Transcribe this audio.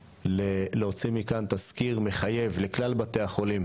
להוציא מכאן תסקיר מחייב לכלל בתי החולים